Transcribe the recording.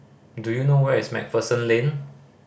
do you know where is Macpherson Lane